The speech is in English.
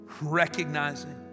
Recognizing